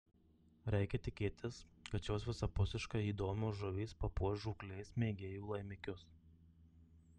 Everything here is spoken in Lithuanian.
reikia tikėtis kad šios visapusiškai įdomios žuvys papuoš žūklės mėgėjų laimikius